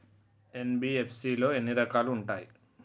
NBFC లో ఎన్ని రకాలు ఉంటాయి?